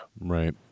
Right